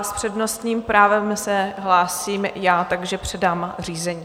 S přednostním právem se hlásím já, takže předám řízení.